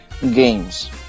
games